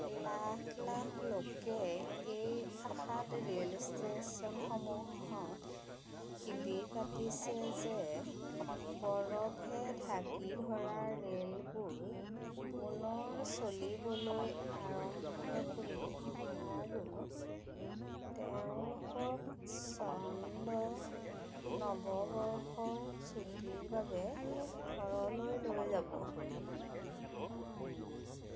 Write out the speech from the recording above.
লাখ লাখ লোকে এই আশাত ৰে'ল ইষ্টেশ্যনসমূহত শিবিৰ পাতিছে যে বৰফে ঢাকি ধৰা ৰে'লবোৰ পুনৰ চলিবলৈ আৰম্ভ কৰিব আৰু তেওঁলোকক চন্দ্ৰ নৱবৰ্ষৰ ছুটীৰ বাবে ঘৰলৈ লৈ যাব